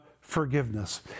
Forgiveness